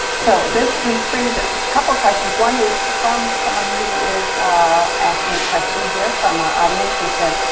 so this this brings ah a couple questions, one is from someone who is asking a question here from our audience they said,